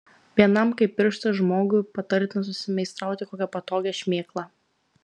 vienam kaip pirštas žmogui patartina susimeistrauti kokią patogią šmėklą